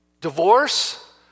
divorce